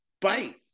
bite